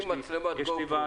מוותר.